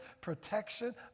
protection